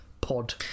pod